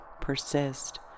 persist